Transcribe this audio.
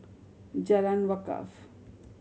Jalan Wakaff